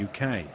UK